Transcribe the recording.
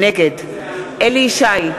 נגד אליהו ישי,